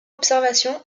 observation